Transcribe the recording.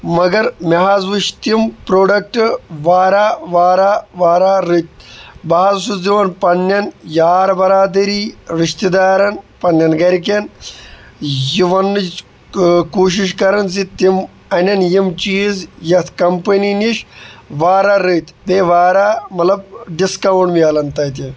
مگر مےٚ حظ وٕچھ تِم پرٛوڈَکٹ واریاہ واریاہ واریاہ رٕتۍ بہٕ حظ چھُس دِوان پںٛنٮ۪ن یار بَرادٔری رِشتہٕ دارَن پںٛنٮ۪ن گَرِکٮ۪ن یہِ وَننٕچ کوٗشِش کَران زِ تِم اَنن یِم چیٖز یَتھ کَمپٔنی نِش واریاہ رٕتۍ بیٚیہِ واریاہ مطلب ڈِسکاوُنٛٹ مِلان تَتہِ